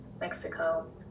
Mexico